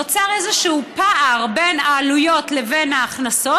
נוצר איזהו פער בין העלויות לבין ההכנסות,